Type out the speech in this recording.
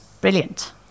Brilliant